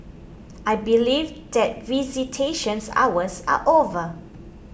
I believe that visitation hours are over